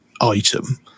item